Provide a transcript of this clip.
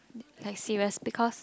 like serious because